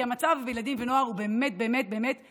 כי המצב בילדים ונוער הוא באמת קטסטרופלי.